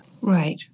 Right